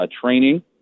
training